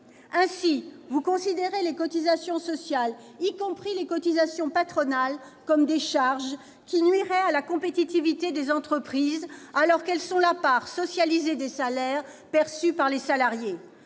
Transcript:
Ainsi, vous considérez les cotisations sociales, y compris les cotisations patronales, comme des charges qui nuiraient à la compétitivité des entreprises, alors qu'elles sont la part socialisée des salaires perçus par les salariés.